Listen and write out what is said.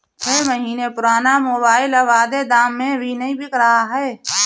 छह महीने पुराना मोबाइल अब आधे दाम में भी नही बिक रहा है